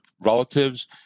relatives